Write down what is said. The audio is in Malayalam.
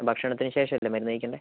ഭക്ഷണത്തിന് ശേഷമല്ലേ മരുന്ന് കഴിക്കേണ്ടത്